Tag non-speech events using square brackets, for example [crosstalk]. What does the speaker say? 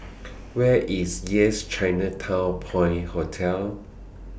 [noise] Where IS Yes Chinatown Point Hotel